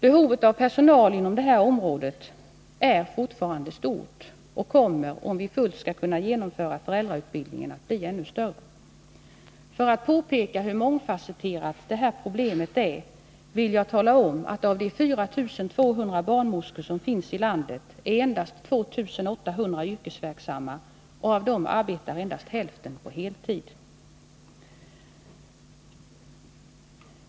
Behovet av personal inom detta område är fortfarande stort och kommer — om vi fullt skall kunna genomföra föräldrautbildningen — att bli ännu större. För att visa hur mångfasetterat detta problem är vill jag tala om att av de 4 200 barnmorskor som finns i landet är endast 2 800 yrkesverksamma, och av dem arbetar endast hälften på heltid.